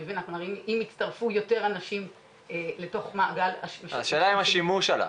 אם יצטרפו יותר אנשים לתוך המעגל --- השאלה אם השימוש עלה?